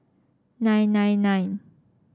nine nine nine